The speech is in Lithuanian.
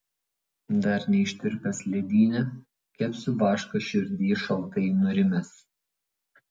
dar neištirpęs ledyne kepsiu vašką širdyj šaltai nurimęs